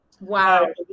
Wow